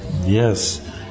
Yes